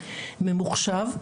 ממוחשב.